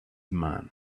man